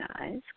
eyes